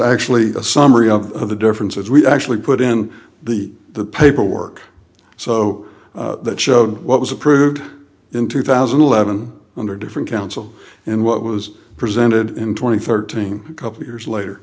actually a summary of the difference is we actually put in the the paperwork so that showed what was approved in two thousand and eleven under different counsel and what was presented in twenty thirteen a couple years later